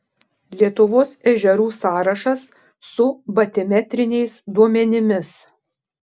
lietuvos ežerų sąrašas su batimetriniais duomenimis